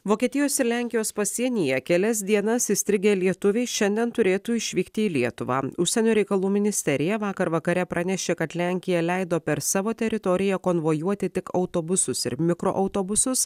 vokietijos ir lenkijos pasienyje kelias dienas įstrigę lietuviai šiandien turėtų išvykti į lietuvą užsienio reikalų ministerija vakar vakare pranešė kad lenkija leido per savo teritoriją konvojuoti tik autobusus ir mikroautobusus